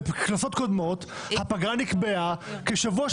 בכנסות קודמות הפגרה נקבעה כשבוע,